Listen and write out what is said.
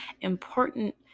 important